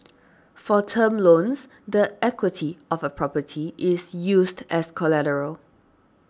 for term loans the equity of a property is used as collateral